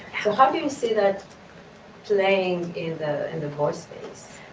how how do you see that playing in the and voice space.